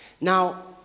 Now